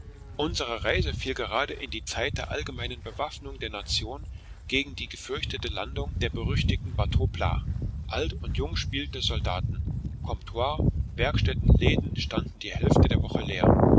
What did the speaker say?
unsere reise fiel gerade in die zeit der allgemeinen bewaffnung der nation gegen die gefürchtete landung der berüchtigten bateaux plats alt und jung spielte soldaten comptoires werkstätten läden standen die hälfte der woche leer